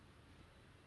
oh